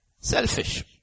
selfish